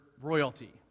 royalty